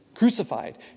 Crucified